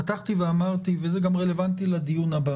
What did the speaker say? פתחתי ואמרתי וזה רלוונטי גם לדיון הבא